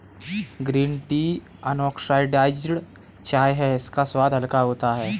green tea unoxidized चाय है इसका स्वाद हल्का होता है